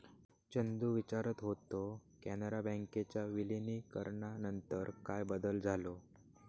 चंदू विचारत होतो, कॅनरा बँकेच्या विलीनीकरणानंतर काय बदल झालो?